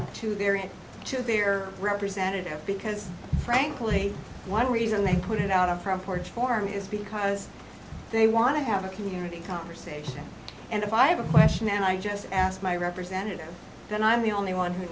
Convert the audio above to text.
go to their head to their representative because frankly one reason they put it out of proportion for me is because they want to have a community conversation and if i have a question and i just ask my representative then i'm the only one who